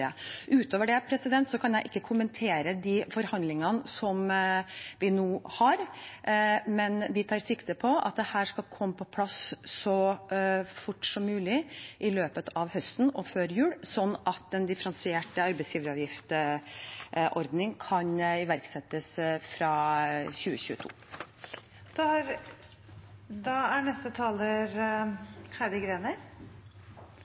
Utover det kan jeg ikke kommentere forhandlingene vi nå har, men vi tar sikte på at dette skal komme på plass så fort som mulig i løpet av høsten og før jul, sånn at en differensiert arbeidsgiveravgiftordning kan iverksettes fra 2022. Det er